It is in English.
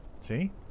see